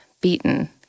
beaten